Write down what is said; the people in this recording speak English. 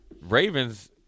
Ravens